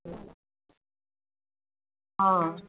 অঁ